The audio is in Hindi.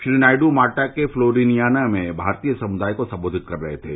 श्री नायंद्र माल्टा के एलोरियाना में भारतीय समुदाय को संबोधित कर रहे थे